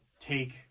take